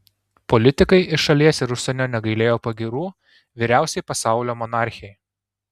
politikai iš šalies ir užsienio negailėjo pagyrų vyriausiai pasaulio monarchei